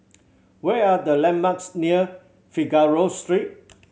where are the landmarks near Figaro Street